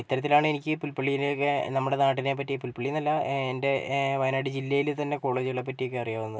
ഇത്തരത്തിലാണ് എനിക്ക് പുൽപ്പള്ളിയിനെയൊക്കെ നമ്മുടെ നാടിനെപ്പറ്റിഎന്നല്ല എൻ്റെ വയനാട് ജില്ലയിലെത്തന്നെ കോളേജുകളെപ്പറ്റി അറിയാവുന്നത്